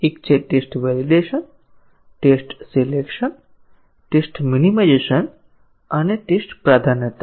એક છે test validation test selection test minimization અને ટેસ્ટ પ્રાધાન્યતા